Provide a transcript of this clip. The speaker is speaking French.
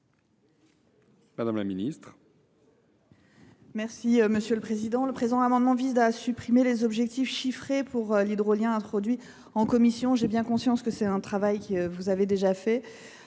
Madame la ministre